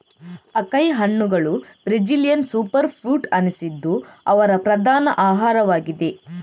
acai ಹಣ್ಣುಗಳು Brazilian super fruit ಅನಿಸಿದ್ದು ಅವರ ಪ್ರಧಾನ ಆಹಾರವಾಗಿದೆ